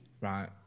Right